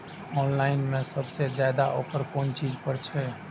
Online में सबसे ज्यादा ऑफर कोन चीज पर छे?